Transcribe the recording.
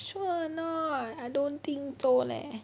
sure or not I don't think so leh